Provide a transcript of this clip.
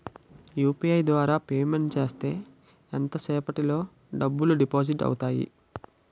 UPI ద్వారా payment చేస్తే ఎంత సేపటిలో డబ్బులు డిపాజిట్ అవుతాయి?